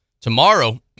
Tomorrow